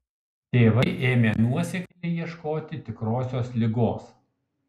tėvai ėmė nuosekliai ieškoti tikrosios ligos